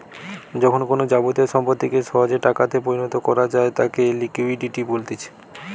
যখন কোনো যাবতীয় সম্পত্তিকে সহজে টাকাতে পরিণত করা যায় তাকে লিকুইডিটি বলতিছে